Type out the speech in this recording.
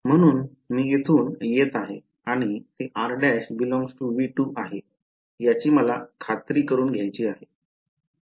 म्हणून मी येथून येत आहे आणि ते r'∈V2 आहे याची मला खात्री करुन घ्यायची आहे